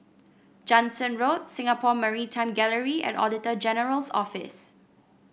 Jansen Road Singapore Maritime Gallery and Auditor General's Office